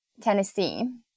Tennessee